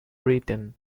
written